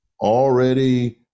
Already